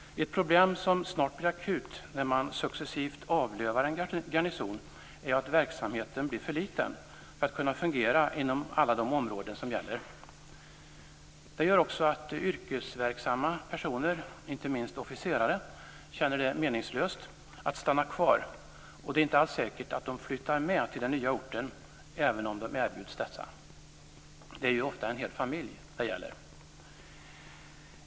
Ett problem som snart blir akut när man successivt avlövar en garnison, är att verksamheten blir för liten för att kunna fungera inom alla de områden som gäller. Det gör också att yrkesverksamma personer - inte minst officerare - känner att det är meningslöst att stanna kvar. Det är inte alls säkert att de flyttar med till den nya orten även om de erbjuds detta. Det är ofta en hel familj det gäller.